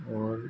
और